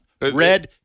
red